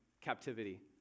captivity